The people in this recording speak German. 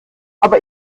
aber